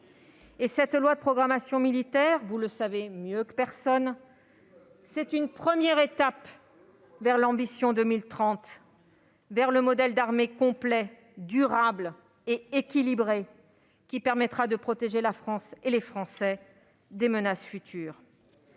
Cette loi de programmation militaire, vous le savez mieux que quiconque, est une première étape vers l'Ambition 2030, vers le modèle d'armée complet, durable et équilibré qui permettra de protéger la France et les Français des menaces futures.